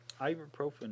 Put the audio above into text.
Ibuprofen